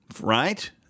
right